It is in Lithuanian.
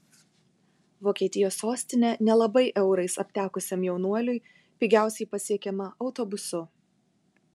vokietijos sostinė nelabai eurais aptekusiam jaunuoliui pigiausiai pasiekiama autobusu